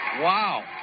Wow